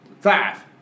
Five